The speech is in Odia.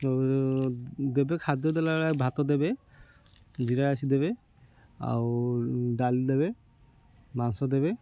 ଆଉ ଦେବେ ଖାଦ୍ୟ ଦେଲାବେଳେ ଭାତ ଦେବେ ଜିରା ରାଇସ୍ ଦେବେ ଆଉ ଡାଲି ଦେବେ ମାଂସ ଦେବେ